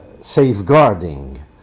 safeguarding